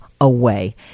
away